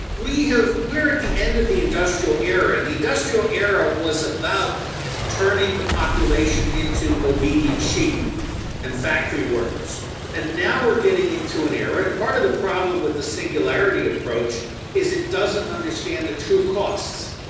we have, we're at the end of the industrial era. and the industrial era was about turning the population into obedient sheep and factory workers and now we're getting into an era, and part of the problem with the singularity approach is it doesn't understand the true costs.